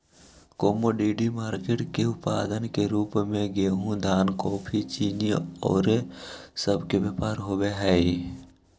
commodity market के उत्पाद के रूप में गेहूं धान कॉफी चीनी औउर सब के व्यापार होवऽ हई